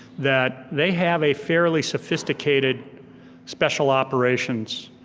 that they have a fairly sophisticated special operations